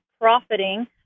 profiting